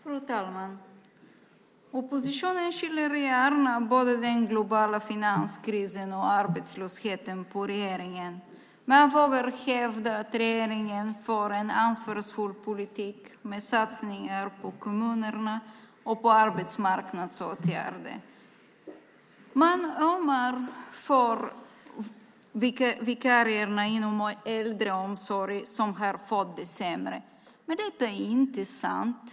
Fru talman! Oppositionen skyller gärna på både den globala finanskrisen och arbetslösheten på regeringen. Jag vågar hävda att regeringen för en ansvarsfull politik med satsningar på kommunerna och arbetsmarknadsåtgärder. Det talas om att vikarierna i äldreomsorgen har fått det sämre. Det är inte sant.